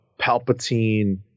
Palpatine